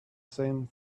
same